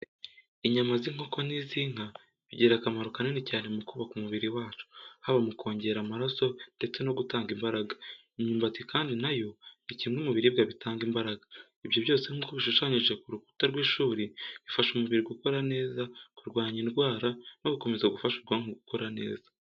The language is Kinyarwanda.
Inyama z’inkoko n’iz’inka bigira akamaro kanini cyane mu kubaka umubiri wacu, haba mu kongera amaraso ndetse no gutanga imbaraga. Imyumbati kandi na yo ni kimwe mu biribwa bitanga imbaraga. Ibyo byose nk'uko bishushanyije ku rukuta rw'ishuri bifasha umubiri gukora neza, kurwanya indwara no gukomeza gufasha ubwonko gukora neza.